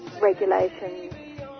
regulations